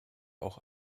auch